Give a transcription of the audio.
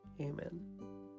Amen